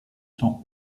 sont